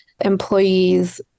employees